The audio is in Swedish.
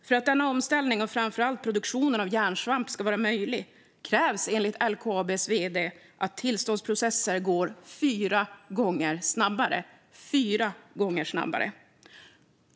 För att en omställning och framför allt produktionen av järnsvamp ska vara möjlig krävs enligt LKAB:s vd att tillståndsprocesserna går fyra gånger snabbare - hela fyra gånger snabbare.